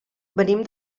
venim